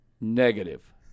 Negative